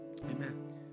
amen